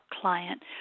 client